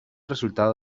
resultado